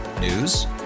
News